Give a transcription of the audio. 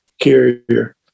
carrier